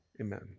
Amen